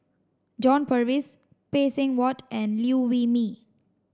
John Purvis Phay Seng Whatt and Liew Wee Mee